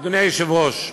אדוני היושב-ראש,